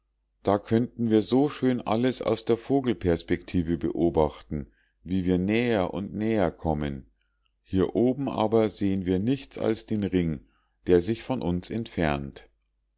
da könnten wir so schön alles aus der vogelprospektiefe beobachten wie wir näher und näher kommen hier oben aber sehen wir nichts als den ring der sich von uns entfernt